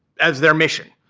as their mission.